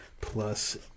plus